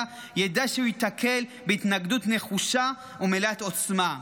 ידע שהוא ייתקל בהתנגדות נחושה ומלאת עוצמה.